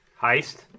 heist